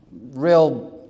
real